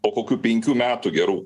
po kokių penkių metų gerų